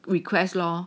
request lor